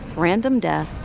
random death,